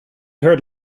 heard